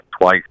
twice